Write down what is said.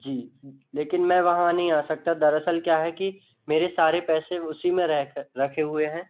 जी लेकिन मैं वहाँ नहीं आ सकता दरअसल क्या है कि मेरे सारे पैसे उसी में रखे हुए हैं